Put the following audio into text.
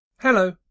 Hello